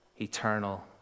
eternal